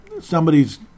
Somebody's